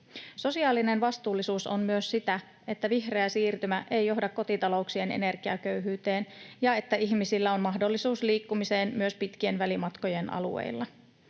Sosiaalinen vastuullisuus on myös sitä, että vihreä siirtymä ei johda kotitalouksien energiaköyhyyteen ja että ihmisillä on mahdollisuus liikkumiseen myös pitkien välimatkojen alueilla.